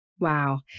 Wow